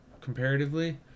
comparatively